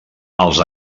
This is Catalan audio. els